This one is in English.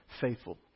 faithful